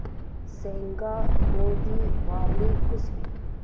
ಸೇಂಗಾ, ಗೋದಿ, ಬಾರ್ಲಿ ಕುಸಿಬಿ